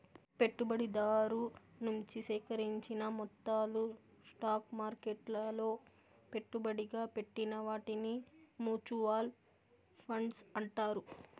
పెట్టుబడిదారు నుంచి సేకరించిన మొత్తాలు స్టాక్ మార్కెట్లలో పెట్టుబడిగా పెట్టిన వాటిని మూచువాల్ ఫండ్స్ అంటారు